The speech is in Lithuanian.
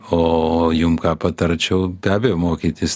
o jum ką patarčiau be abejo mokytis